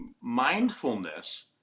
Mindfulness